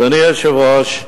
אדוני היושב-ראש,